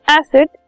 acid